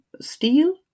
steel